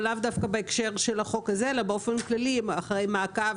אבל לאו דווקא בהקשר של החוק הזה אלא באופן כללי אחרי מעקב